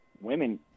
women